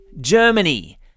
Germany